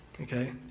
okay